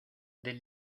del